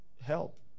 help